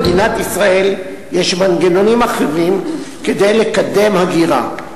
למדינת ישראל יש מנגנונים אחרים כדי לקדם הגירה,